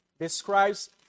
describes